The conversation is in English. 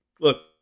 Look